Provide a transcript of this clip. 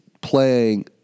playing